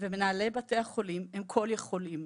ומנהלי בתי החולים הם כל יכולים,